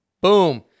Boom